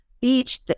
Beach